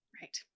right